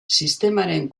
sistemaren